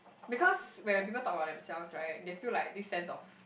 because when people talk about themselves right they feel like this sense of